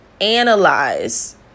analyze